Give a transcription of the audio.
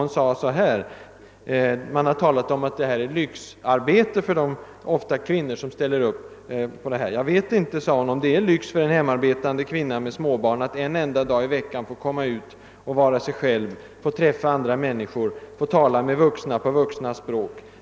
Hon sade: Man har talat om att detta är lyxarbete för de människor — ofta kvinnor — som ställer upp. >Jag vet inte om det är lyx för en hemarbetande kvinna med småbarn att en enda dag i veckan få komma ut och vara sig själv, få träffa andra människor, få tala med vuxna på vuxnas språk.